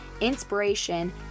inspiration